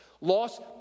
Lost